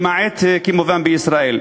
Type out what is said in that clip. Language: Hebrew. למעט כמובן בישראל.